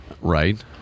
right